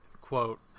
quote